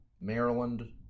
Maryland